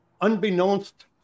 unbeknownst